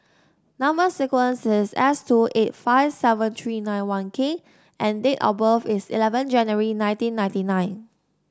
number sequence is S two eight five seven three nine one K and date of birth is eleven January nineteen ninety nine